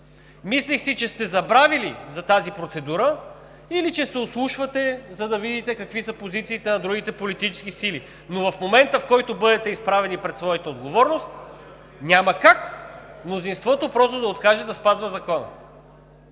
Мислех си, че сте забравили за тази процедура или че се ослушвате, за да видите какви са позициите на другите политически сили. Но в момента, в който бъдете изправени пред своята отговорност, няма как мнозинството просто да откаже да спазва закона.